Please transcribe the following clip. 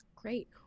Great